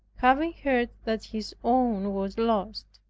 having heard that his own was lost.